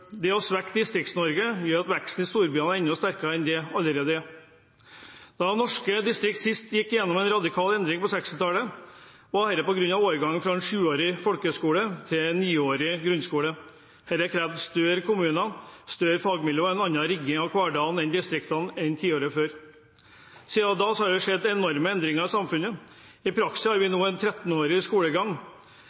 Å svekke Distrikts-Norge gjør at veksten i storbyene blir enda sterkere enn den allerede er. Da norske distrikter sist gikk gjennom en radikal endring – på 1960-tallet – var det på grunn av overgangen fra sjuårig folkeskole til niårig grunnskole. Det krevde større kommuner, større fagmiljøer og en annen rigging av hverdagen i distriktene enn i tiårene før. Siden det har det skjedd enorme endringer i samfunnet. I praksis har vi nå en 13-årig skolegang